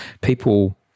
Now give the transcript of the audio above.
people